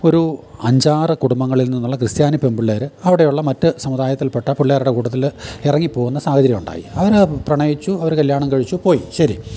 ഒരു അഞ്ച് ആറ് കുടുംബങ്ങളിൽ നിന്നുള്ള ക്രിസ്ത്യാനി പെൺപിള്ളേർ അവിടെയുള്ള മറ്റ് സമുദായത്തിൽപ്പെട്ട പിള്ളേരുടെ കൂട്ടത്തിൽ ഇറങ്ങിപ്പോകുന്ന സാഹചര്യം ഉണ്ടായി അവർ പ്രണയിച്ചു അവർ കല്യാണം കഴിച്ചു പോയി ശരി